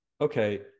okay